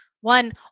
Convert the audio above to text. One